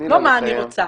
לא מה אני רוצה.